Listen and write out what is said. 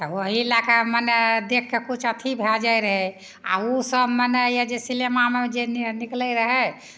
तऽ ओही लैके मने देखिके किछु अथी भए जाइ रहै ओर ओसब मने यऽ जे सिनेमामे जे निकलै रहै